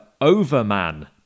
Overman